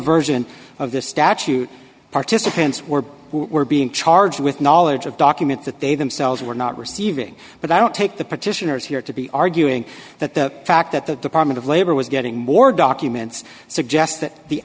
version of this statute participants were who were being charged with knowledge of documents that they themselves were not receiving but i don't take the petitioners here to be arguing that the fact that the department of labor was getting more documents suggest th